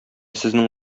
сезнең